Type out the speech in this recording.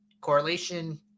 correlation